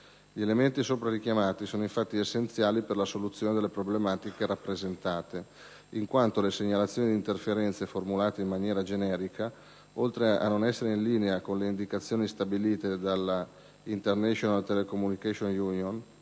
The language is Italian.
Gli elementi sopra richiamati sono infatti essenziali per la soluzione delle problematiche rappresentate, in quanto le segnalazioni di interferenze formulate in maniera generica, oltre a non essere in linea con le indicazioni stabilite dall'*International Telecommunication Union*